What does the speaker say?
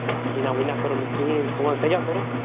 ہے کِہیٖنۍ نا وُنہِ نا کوٚرُم نہٕ کِہیٖنۍ ژٕ وَن ژےٚ کیٛاہ کوٚرُتھ